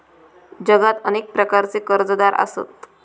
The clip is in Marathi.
जगात अनेक प्रकारचे कर्जदार आसत